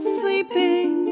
sleeping